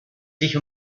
sich